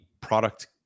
product